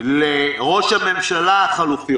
לראש הממשלה החלופי.